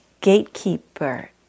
gatekeeper